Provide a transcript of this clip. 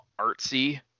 artsy